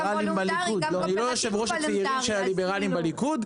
אני לא יושב ראש הצעירים של הליברלים בליכוד,